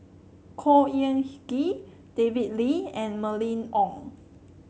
Khor Ean Ghee David Lee and Mylene Ong